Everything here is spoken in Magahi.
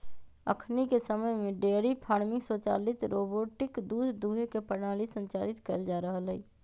अखनिके समय में डेयरी फार्मिंग स्वचालित रोबोटिक दूध दूहे के प्रणाली संचालित कएल जा रहल हइ